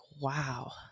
wow